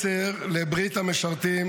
מסר לברית המשרתים